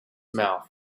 mouth